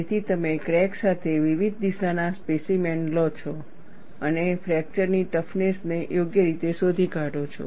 તેથી તમે ક્રેક સાથે વિવિધ દિશાના સ્પેસીમેન ઓ લો છો અને ફ્રેકચર ની ટફનેસ ને યોગ્ય રીતે શોધી કાઢો છો